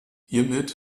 hiermit